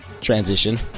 transition